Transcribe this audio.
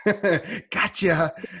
gotcha